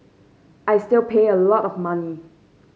I still pay a lot of money